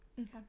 Okay